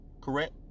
correct